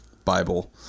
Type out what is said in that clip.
Bible